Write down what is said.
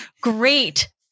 great